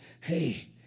hey